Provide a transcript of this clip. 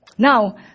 Now